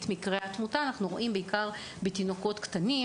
מקרי התמותה הם בקרב תינוקות קטנים.